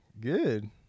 good